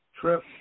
trip